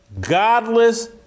godless